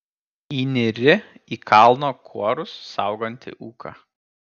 įnyri į kalno kuorus saugantį ūką